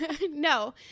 no